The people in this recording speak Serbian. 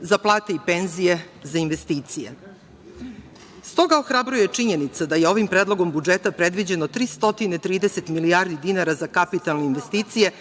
za plate i penzije, za investicije.S toga ohrabruje činjenica da je ovim Predlogom budžeta predviđeno 330 milijardi dinara za kapitalne investicije,